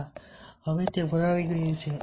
હા હવે તે ભરાઈ ગયું છે